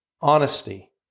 honesty